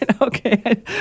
Okay